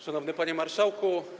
Szanowny Panie Marszałku!